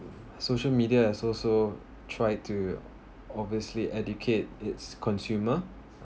social media has also tried to obviously educate it's consumer